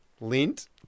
Lint